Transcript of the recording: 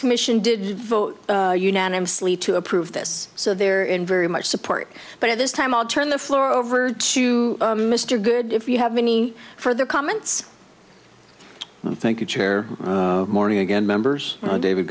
commission did vote unanimously to approve this so they're in very much support but at this time i'll turn the floor over to mr good if you have any further comments thank you chair morning again members david